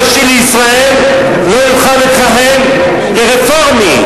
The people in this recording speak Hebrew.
כרב ראשי לישראל לא יוכל לכהן רפורמי?